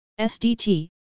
SDT